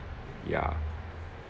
ya